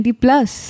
plus